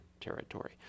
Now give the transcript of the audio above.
territory